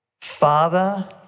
Father